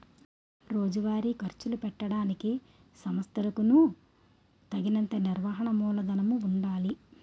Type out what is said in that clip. రోజువారీ ఖర్చులు పెట్టడానికి సంస్థలకులకు తగినంత నిర్వహణ మూలధనము ఉండాలి